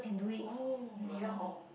oh ya hor